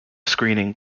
screening